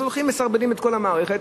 אז הולכים, מסרבלים את כל המערכת.